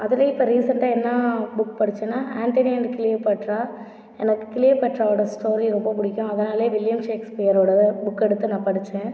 அதில் இப்போ ரீசண்ட்டா என்ன புக் படிச்சோனா ஆண்டனி அண்ட் கிளியோபட்ரா எனக்கு கிளியோபட்ராவோட ஸ்டோரி ரொம்ப பிடிக்கும் அதனாலே வில்லியம் ஷேக்ஸ்பியரோட புக்கை எடுத்து நான் படிச்சேன்